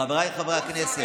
חבריי חברי הכנסת,